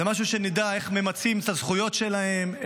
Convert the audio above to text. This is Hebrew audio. זה משהו שנדע איך ממצים את הזכויות שלהם,